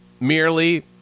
merely